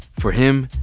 for him,